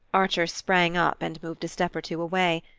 archer sprang up and moved a step or two away.